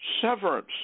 severance